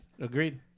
Agreed